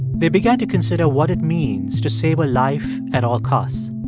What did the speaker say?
they began to consider what it means to save a life at all costs.